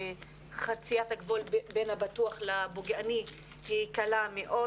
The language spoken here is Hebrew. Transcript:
וחציית הגבול בין הבטוח לפוגעני היא קלה מאוד,